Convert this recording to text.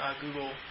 Google